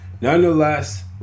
Nonetheless